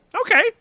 Okay